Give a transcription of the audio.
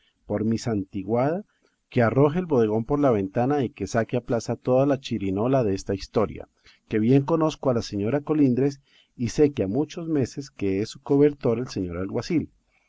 por mi santiguada que arroje el bodegón por la ventana y que saque a plaza toda la chirinola desta historia que bien conozco a la señora colindres y sé que ha muchos meses que es su cobertor el señor alguacil